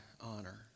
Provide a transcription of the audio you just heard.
honor